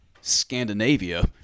Scandinavia